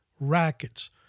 rackets